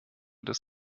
des